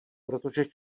protože